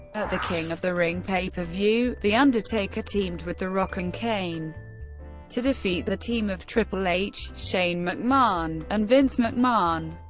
at the king of the ring pay-per-view, the undertaker teamed with the rock and kane to defeat the team of triple h, shane mcmahon, and vince mcmahon.